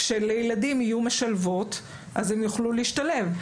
כשלילדים יהיו משלבות, אז הם יוכלו להשתלב.